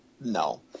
No